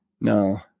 No